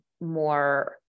more